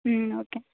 okay